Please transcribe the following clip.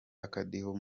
akadiho